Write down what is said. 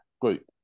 group